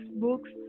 books